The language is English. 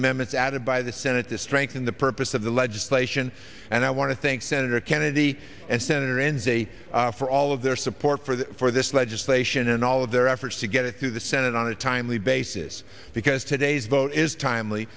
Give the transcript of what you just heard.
amendments added by the senate to strengthen the purpose of the legislation and i want to thank senator kennedy and senator enzi for all of their support for the for this legislation and all of their efforts to get it through the senate on a timely basis because today's vote is timely